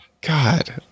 God